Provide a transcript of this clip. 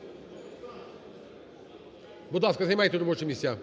голосування. Будь ласка, займайте робочі місця.